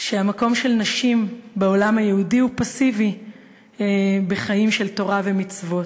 שהמקום של נשים בעולם היהודי הוא מקום פסיבי בחיים של תורה ומצוות.